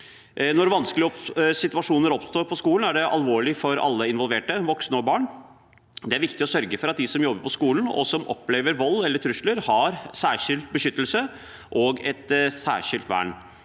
Når vanskelige situasjoner oppstår på skolen, er det alvorlig for alle involverte, voksne og barn. Det er viktig å sørge for at de som jobber på skolen og opplever vold eller trusler, har særskilt beskyttelse og et særskilt vern.